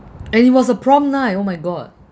and it was a prom night oh my god